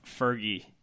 Fergie